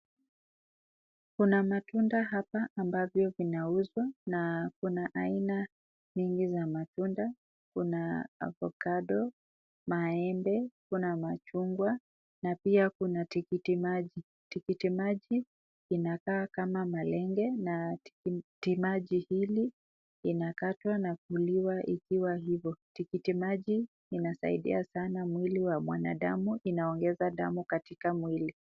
Kuna matunda hapa ambavyo vinauzwa na kuna aina mingi za matunda. Kuna avokado, maembe ,kuna machungwa na pia kuna tikiti maji. Tikiti maji inakaa kama malenge na tikitiki maji hili inakatwa na kuliwa ikiwa hivo. Tikiti maji inasaidia sana mwili wa mwanadamu. Inaongeza damu katika mwili.